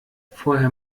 vorher